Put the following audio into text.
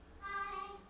Hi